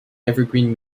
evergreen